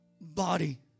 body